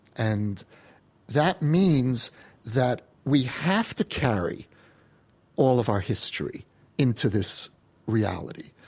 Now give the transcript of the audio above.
and that means that we have to carry all of our history into this reality.